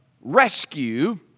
rescue